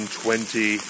twenty